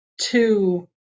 two